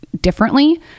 differently